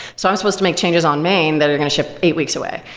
so i'm supposed to make changes on main that are going to ship eight weeks away.